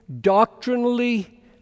doctrinally